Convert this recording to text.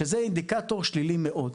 זה אינדיקטור שלילי מאוד,